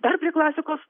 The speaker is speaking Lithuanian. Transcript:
dar prie klasikos